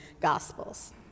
gospels